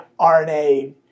RNA